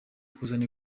kuzana